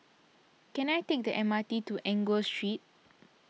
can I take the M R T to Enggor Street